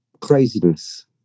craziness